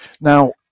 Now